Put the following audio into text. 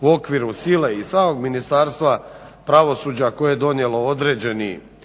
u okviru sile i samog Ministarstva pravosuđa koje je donijelo određeno mišljenje